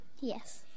yes